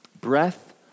Breath